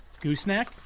gooseneck